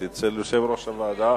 בעד, 8, אין מתנגדים ואין נמנעים.